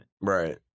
Right